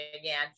again